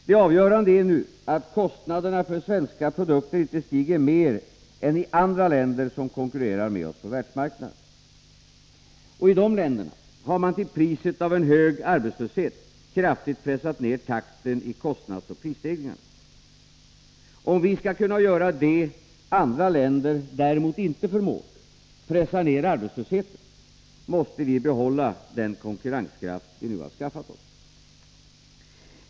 Det avgörande är nu att kostnaderna för svenska produkter inte stiger mer än i andra länder som konkurrerar med oss på världsmarknaden. Och i de länderna har man till priset av en hög arbetslöshet kraftigt pressat ner takten i kostnadsoch prisstegringarna. Om vi skall kunna göra det andra länder däremot inte förmår — pressa ner arbetslösheten — måste vi behålla den konkurrenskraft vi nu skaffat oss.